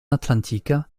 atlantique